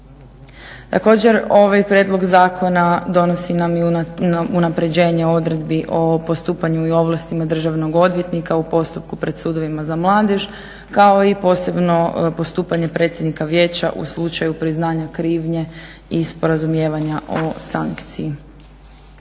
Također ovaj prijedloga zakona donosi nam i unapređenje odredbi o postupanju i ovlastima državnog odvjetnika u postupku pred sudovima za mladež kao i posebno postupanje predsjednika vijeća u slučaju priznanja krivnje i sporazumijevanja o sankciji.